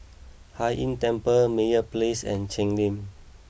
Hai Inn Temple Meyer Place and Cheng Lim